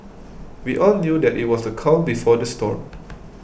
we all knew that it was the calm before the storm